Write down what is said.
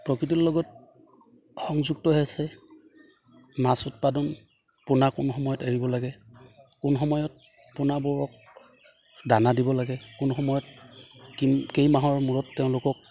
প্ৰকৃতিৰ লগত সংযুক্ত হৈ আছে মাছ উৎপাদন পোনা কোন সময়ত এৰিব লাগে কোন সময়ত পোনাবোৰক দানা দিব লাগে কোন সময়ত কি কেইমাহৰ মূৰত তেওঁলোকক